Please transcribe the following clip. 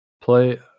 play